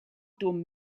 dum